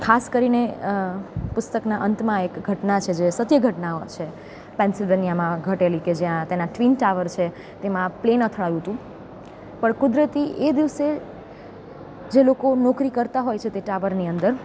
ખાસ કરીને પુસ્તકના અંતમાં એક ઘટના છે જે સત્ય ઘટનાઓ છે પેન્સિલવેનીયામાં ઘટેલી કે જ્યાં તેના ટ્વીન ટાવર છે તેમાં પ્લેન અથડાયું હતું પણ કુદરતી એ દિવસે જે લોકો નોકરી કરતા હોય છે તે ટાવરની અંદર